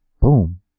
Boom